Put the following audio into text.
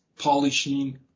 polishing